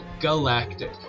galactic